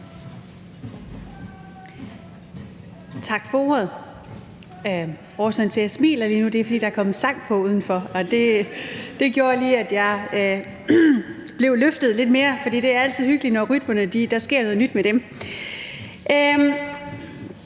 Tak for ordet,